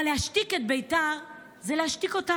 אבל להשתיק את בית"ר זה להשתיק אותנו,